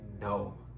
no